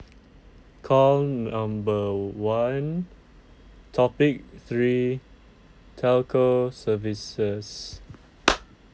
call number one topic three telco services